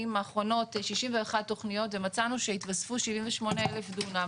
האחרונות 61 תכניות ומצאנו שהתווספו 78,000 דונם,